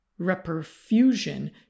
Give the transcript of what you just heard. reperfusion